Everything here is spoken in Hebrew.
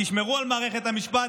תשמרו על מערכת המשפט,